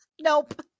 Nope